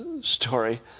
story